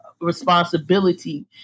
responsibility